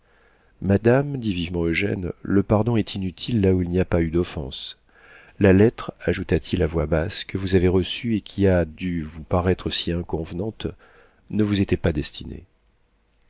madame dit vivement eugène le pardon est inutile là où il n'y a pas eu d'offense la lettre ajouta-t-il à voix basse que vous avez reçue et qui a dû vous paraître si inconvenante ne vous était pas destinée